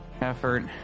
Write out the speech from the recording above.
effort